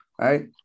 right